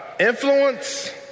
influence